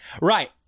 right